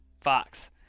Fox